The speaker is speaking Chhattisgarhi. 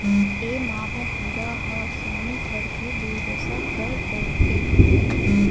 ए माहो कीरा ह सेमी फर के दुरदसा कर डरथे